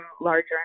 larger